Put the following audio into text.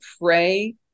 pray